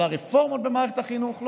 על הרפורמות במערכת החינוך?